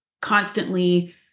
constantly